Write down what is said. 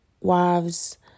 wives